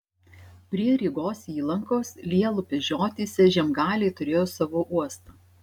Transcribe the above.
prie rygos įlankos lielupės žiotyse žemgaliai turėjo savo uostą